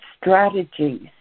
strategies